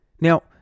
Now